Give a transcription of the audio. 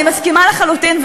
אני מסכימה לחלוטין,